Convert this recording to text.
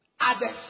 Others